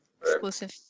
Exclusive